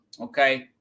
Okay